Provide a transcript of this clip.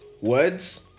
words